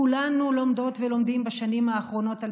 כולנו לומדות ולומדים בשנים האחרונות על